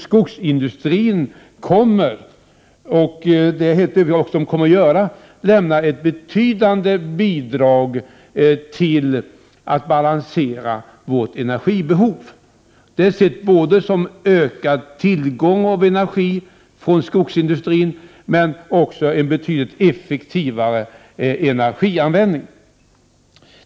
Skogsindustrin kommer således att lämna ett betydande bidrag när det gäller möjligheterna att balansera vårt energibehov. Det handlar både om en ökad tillgång på energi från skogsindustrin och om en betydligt effektivare energianvändning.